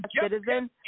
citizen